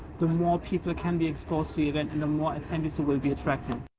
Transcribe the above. the more people can be exposed to the event and the more attendance you will be attracting